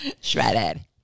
shredded